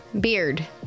beard